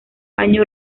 año